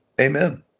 amen